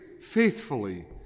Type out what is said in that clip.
faithfully